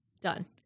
Done